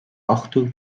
ochtó